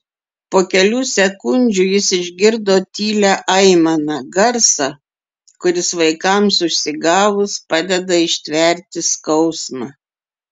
po kelių sekundžių jis išgirdo tylią aimaną garsą kuris vaikams užsigavus padeda ištverti skausmą